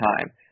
time